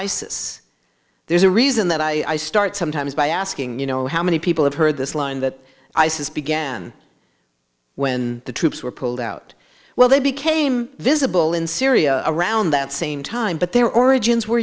isis there's a reason that i start sometimes by asking you know how many people have heard this line that isis began when the troops were pulled out well they became visible in syria around that same time but their origins were